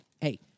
Hey